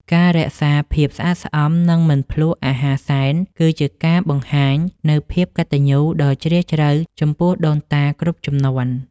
ការរក្សាភាពស្អាតស្អំ និងមិនភ្លក្សអាហារសែន គឺជាការបង្ហាញនូវភាពកតញ្ញូដ៏ជ្រាលជ្រៅចំពោះដូនតាគ្រប់ជំនាន់។